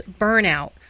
burnout